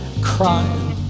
crying